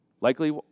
Likely